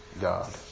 God